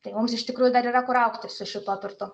tai mums iš tikrųjų dar yra kur augti su šituo turtu